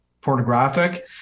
pornographic